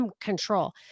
control